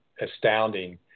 astounding